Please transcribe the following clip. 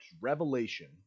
Revelation